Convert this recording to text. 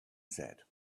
said